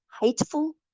hateful